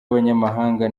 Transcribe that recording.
y’abanyamahanga